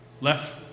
Left